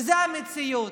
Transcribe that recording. וזו המציאות.